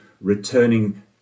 returning